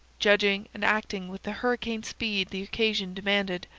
judging and acting with the hurricane speed the occasion demanded.